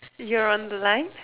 you're on the line